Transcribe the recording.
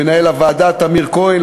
למנהל הוועדה טמיר כהן,